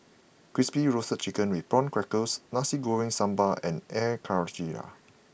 Crispy Roasted Chicken with Prawn Crackers Nasi Goreng Sambal and Air Karthira